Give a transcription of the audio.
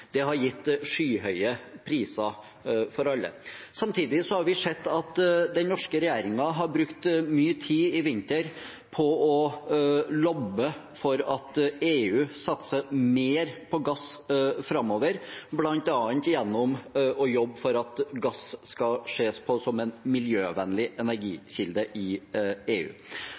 Det har gitt skyhøye priser for alle. Samtidig har vi sett at den norske regjeringen i vinter har brukt mye tid på å lobbe for at EU satser mer på gass framover, bl.a. gjennom å jobbe for at gass skal ses på som en miljøvennlig energikilde i EU.